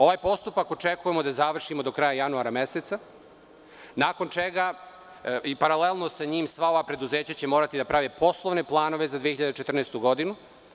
Ovaj postupak očekujemo da završimo do kraja januara meseca, nakon čega i paralelno sa njim sva ova preduzeća će morati da prave poslovne planove za 2014. godinu.